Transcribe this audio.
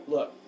Look